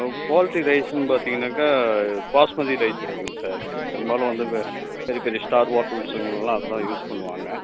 quality ரைஸுன்னு பார்த்தீங்கன்னாக்கா basmati rice இருக்குதுங்க சார் பெரும்பாலும் வந்து பெரிய பெரிய ஸ்டார் ஹோட்டல்ஸுங்கலெல்லாம் அதுதான் யூஸ் பண்ணுவாங்க